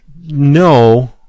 no